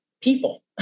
people